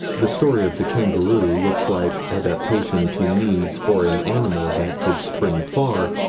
the story of the kangaroo looks like adaptation to needs for an animal that could spring far,